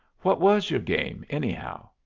what was your game, anyhow?